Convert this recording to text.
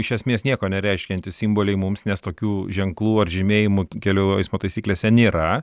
iš esmės nieko nereiškiantys simboliai mums nes tokių ženklų ar žymėjimų kelių eismo taisyklėse nėra